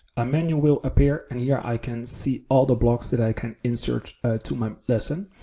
a menu will appear and here i can see all the blocks that i can insert to my lesson,